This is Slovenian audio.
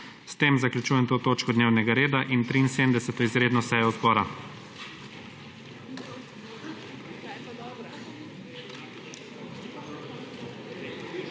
S tem zaključujem to točko dnevnega reda in 73. izredno sejo zbora.